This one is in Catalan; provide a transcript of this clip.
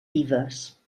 vives